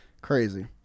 crazy